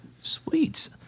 Sweet